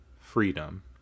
freedom